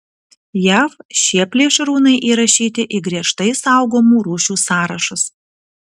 jav šie plėšrūnai įrašyti į griežtai saugomų rūšių sąrašus